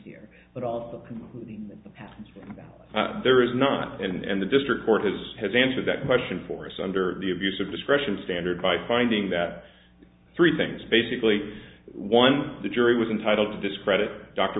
that there is not and the district court has has answered that question for us under the abuse of discretion standard by finding that three things basically one the jury was entitled to discredit dr